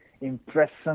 impressive